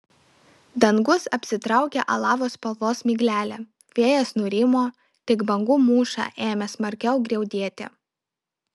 dangus apsitraukė alavo spalvos miglele vėjas nurimo tik bangų mūša ėmė smarkiau griaudėti